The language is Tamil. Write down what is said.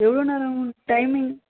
எவ்வளோ நேரோம் ஆகும் டைம்மிங்